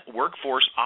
workforce